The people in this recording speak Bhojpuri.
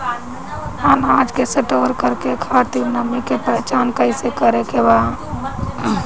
अनाज के स्टोर करके खातिर नमी के पहचान कैसे करेके बा?